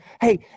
hey